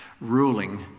ruling